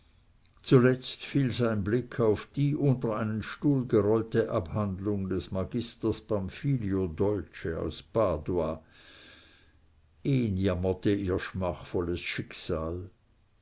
zuletzt fiel sein blick auf die unter einen stuhl gerollte abhandlung des magisters pamfilio dolce aus padua ihn jammerte ihr schmachvolles schicksal